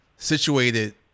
Situated